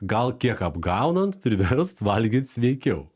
gal kiek apgaunant priverst valgyt sveikiau